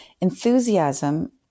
Enthusiasm